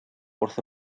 wrth